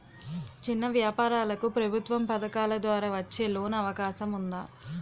చిన్న వ్యాపారాలకు ప్రభుత్వం పథకాల ద్వారా వచ్చే లోన్ అవకాశం ఉందా?